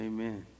Amen